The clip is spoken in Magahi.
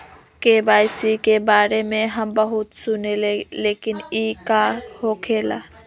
के.वाई.सी के बारे में हम बहुत सुनीले लेकिन इ का होखेला?